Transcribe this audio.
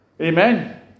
Amen